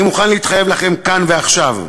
אני מוכן להתחייב לכם כאן ועכשיו,